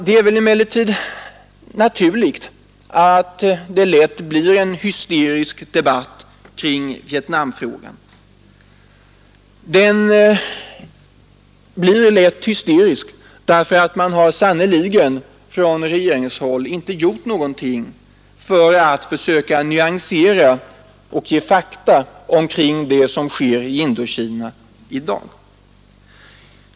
Det är väl emellertid naturligt att det lätt blir en hysterisk debatt kring Vietnamfrågan därför att man från regeringens sida sannerligen inte gjort någonting för att försöka nyansera och ge fakta omkring det som sker i Indokina i dag.